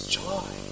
joy